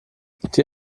die